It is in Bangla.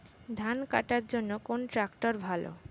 ধান কাটার জন্য কোন ট্রাক্টর ভালো?